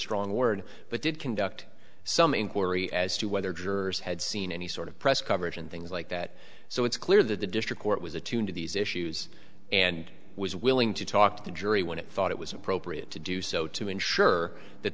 strong word but did conduct some inquiry as to whether jurors had seen any sort of press coverage and things like that so it's clear that the district court was attuned to these issues and was willing to talk to the jury when it thought it was appropriate to do so to ensure that